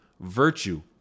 virtue